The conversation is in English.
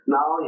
Now